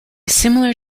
similar